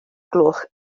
gloch